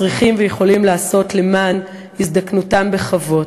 צריכים ויכולים לעשות למען הזדקנותם בכבוד.